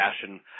fashion